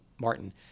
Martin